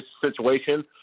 situation